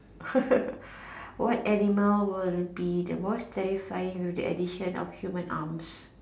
what animal will be the most terrifying with the addition of human arms